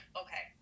okay